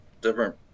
different